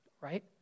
right